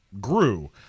grew